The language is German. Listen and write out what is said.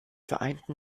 vereinten